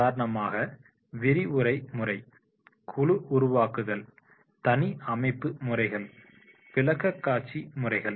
உதாரணமாக விரிவுரை முறை குழு உருவாக்குதல் தனி அமைப்பு முறைகள் விளக்கக்காட்சி முறைகள்